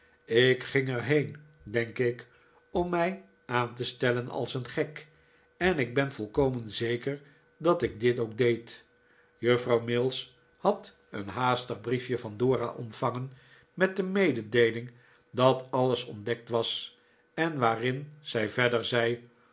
ik ging er heen denk ik om mij aan te stellen als een gek en ik ben volkomen zeker dat ik dit ook deed juffrouw mills had een haastig briefje van dora ontvangen met de mededeeling dat alles ontdekt was en waarin zij verder zei